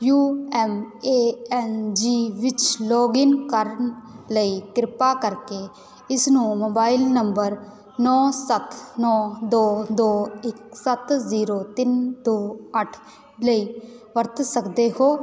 you M A N G ਵਿੱਚ login ਕਰਨ ਲਈ ਕਿਰਪਾ ਕਰਕੇ ਇਸਨੂੰ ਮੋਬਾਇਲ ਨੰਬਰ ਨੌ ਸੱਤ ਨੌ ਦੋ ਦੋ ਇੱਕ ਸੱਤ ਜ਼ੀਰੋ ਤਿੰਨ ਦੋ ਅੱਠ ਲਈ ਵਰਤ ਸਕਦੇ ਹੋ